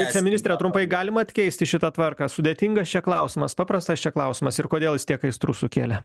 viceministre trumpai galima atkeisti šitą tvarką sudėtingas čia klausimas paprastas čia klausimas ir kodėl jis tiek aistrų sukėlė